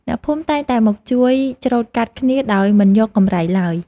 អ្នកភូមិតែងតែមកជួយច្រូតកាត់គ្នាដោយមិនយកកម្រៃឡើយ។